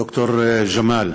ד"ר ג'מאל,